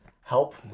help